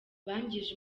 bangije